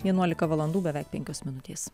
vienuolika valandų beveik penkios minutės